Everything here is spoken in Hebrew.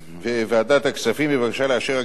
בבקשה לאשר הגדלה של התקציב.